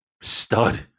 stud